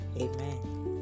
Amen